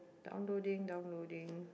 downloading downloading